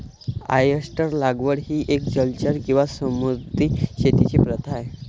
oyster लागवड ही एक जलचर किंवा समुद्री शेतीची प्रथा आहे